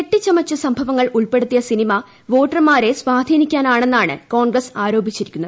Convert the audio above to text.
കെട്ടിച്ചമച്ച സംഭവങ്ങൾ ഉൾപ്പെടുത്തിയ സിനിമ വോട്ടർമാരെ സ്വാധീനിക്കാനാണെന്നാണ് കോൺഗ്രസ് ആരോപിച്ചിരിക്കുന്നത്